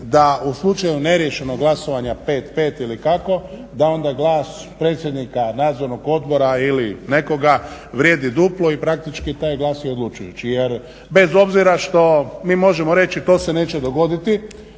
da u slučaju neriješenog glasovanja 5:5 ili kako da onda glas predsjednika Nadzornog odbora ili nekoga vrijedi duplo i praktički taj glas je odlučujući jer bez obzira što mi možemo reći to se neće dogoditi,